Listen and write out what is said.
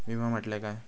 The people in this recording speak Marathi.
विमा म्हटल्या काय?